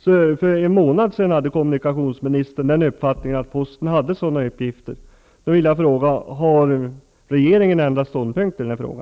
Så för en månad sedan hade kommunikationsministern uppfattningen att posten hade sådana uppgifter. Har regeringen ändrat ståndpunkt i denna fråga?